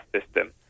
system